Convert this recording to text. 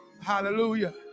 Hallelujah